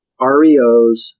REOs